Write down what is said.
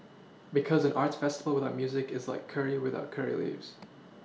because an arts festival without music is like curry without curry leaves